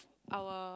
our